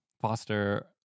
foster